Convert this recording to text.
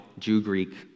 Jew-Greek